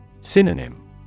Synonym